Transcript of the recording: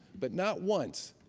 but not once,